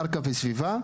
קרקע וסביבה,